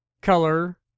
color